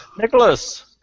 Nicholas